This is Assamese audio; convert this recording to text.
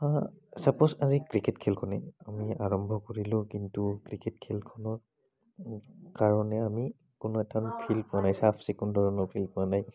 ছাপোজ আজি ক্ৰিকেট খেলখনেই আমি আৰম্ভ কৰিলোঁ কিন্তু ক্ৰিকেট খেলখনৰ কাৰণে আমি কোনো এটা ফিল্ড পোৱা নাই চাফ চিকুণ ধৰণৰ ফিল্ড পোৱা নাই